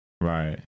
Right